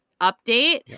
update